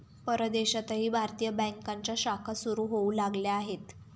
परदेशातही भारतीय बँकांच्या शाखा सुरू होऊ लागल्या आहेत